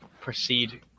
proceed